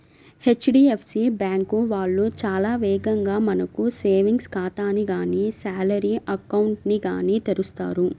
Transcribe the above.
HDFC bank వాళ్ళు చాలా వేగంగా మనకు సేవింగ్స్ ఖాతాని గానీ శాలరీ అకౌంట్ ని గానీ తెరుస్తారు